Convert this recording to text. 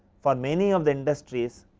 for many of the industries